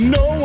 no